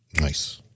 Nice